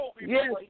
yes